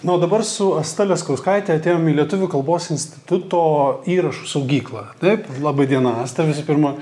na o dabar su asta leskauskaite atėjom į lietuvių kalbos instituto įrašų saugyklą taip laba diena asta visų pirma